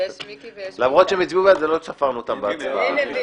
פה אחד הצעת חוק המאבק בטרור (תיקון - ביטול